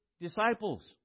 disciples